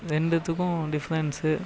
ரெண்டுத்துக்கும் டிஃப்ரெண்ட்ஸ்